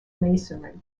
masonry